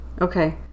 Okay